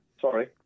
sorry